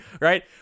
right